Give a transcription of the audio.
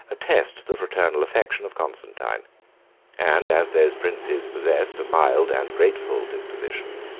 attest the fraternal affection of constantine and as those princes possessed a mild and grateful disposition,